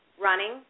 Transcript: Running